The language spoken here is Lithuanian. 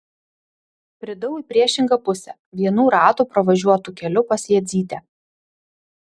bridau į priešingą pusę vienų ratų pravažiuotu keliu pas jadzytę